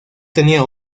tenía